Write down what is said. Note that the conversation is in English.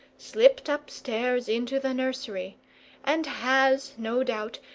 slipped upstairs into the nursery and has, no doubt,